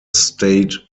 state